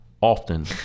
often